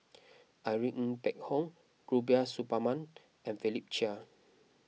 Irene Ng Phek Hoong Rubiah Suparman and Philip Chia